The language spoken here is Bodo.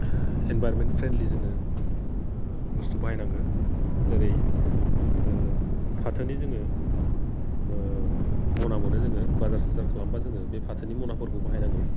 इनभार्नमेन्ट फ्रेनलि जोङो बुस्थु बाहायनांगो जेरै फाथोनि जोङो मना मोनो जोङो बाजार साजार खालामबा जोङो बे फाथोनि मनाफोरखो बाहायनांगौ